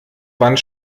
wand